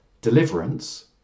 deliverance